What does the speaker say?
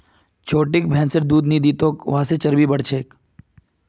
छोटिक भैंसिर दूध नी दी तोक वहा से चर्बी बढ़ छेक